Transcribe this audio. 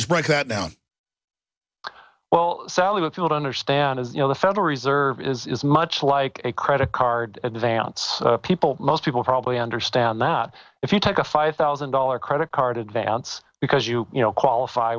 this break that down well sally would understand as you know the federal reserve is much like a credit card advance people most people probably understand that if you take a five thousand dollars credit card advance because you you know qualify